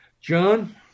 John